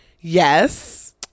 Yes